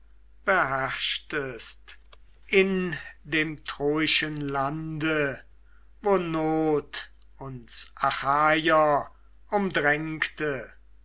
besorgt war in dem troischen lande wo not uns achaier